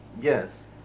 yes